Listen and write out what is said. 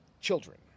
children